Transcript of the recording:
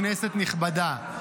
כנסת נכבדה,